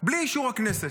בלי אישור הכנסת.